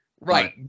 Right